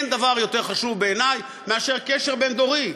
אין דבר יותר חשוב בעיני מאשר קשר בין-דורי,